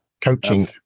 coaching